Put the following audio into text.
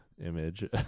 image